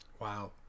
Wow